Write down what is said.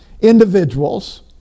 individuals